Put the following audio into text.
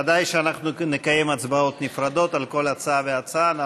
ודאי שאנחנו נקיים הצבעות נפרדות על כל הצעה והצעה.